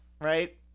right